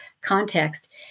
context